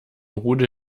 rudel